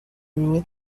rode